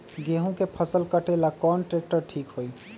गेहूं के फसल कटेला कौन ट्रैक्टर ठीक होई?